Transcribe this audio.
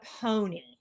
pony